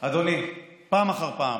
אדוני, פעם אחר פעם